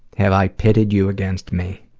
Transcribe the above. have i pitted you against me?